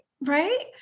right